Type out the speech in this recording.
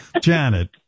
Janet